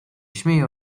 śmieje